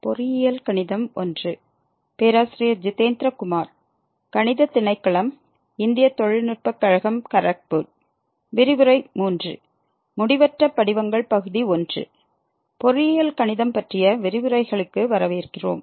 பொறியியல் கணிதம் 1 பற்றிய விரிவுரைகளுக்கு வரவேற்கிறோம்